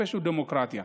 חופש ודמוקרטיה.